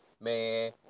Man